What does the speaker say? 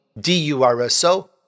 D-U-R-S-O